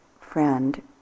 friend